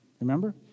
Remember